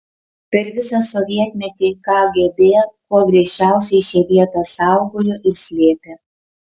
per visą sovietmetį kgb kuo griežčiausiai šią vietą saugojo ir slėpė